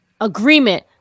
agreement